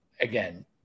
again